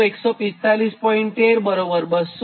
13 251